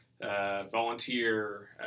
volunteer